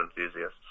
enthusiasts